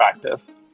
practice